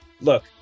look